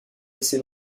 essaie